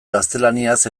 gaztelaniaz